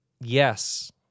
Yes